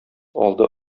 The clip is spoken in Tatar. алды